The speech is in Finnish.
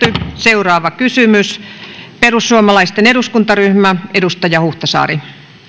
seuraava kysymys perussuomalaisten eduskuntaryhmä edustaja huhtasaari